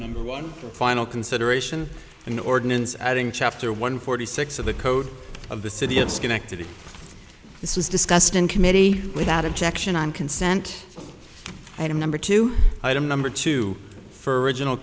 number one final consideration an ordinance adding chapter one forty six of the code of the city at schenectady this was discussed in committee without objection on consent item number two item number two for original